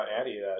Addie